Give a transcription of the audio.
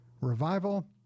Revival